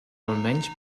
almenys